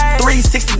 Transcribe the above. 360